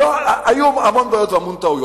היו המון בעיות והמון טעויות,